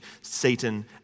Satan